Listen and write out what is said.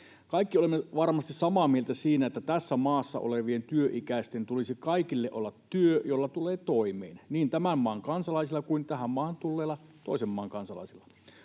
Kaikki olemme varmasti samaa mieltä siinä, että tässä maassa olevilla työikäisillä tulisi kaikilla olla työ, jolla tulee toimeen, niin tämän maan kansalaisilla kuin tähän maahan tulleilla toisen maan kansalaisilla.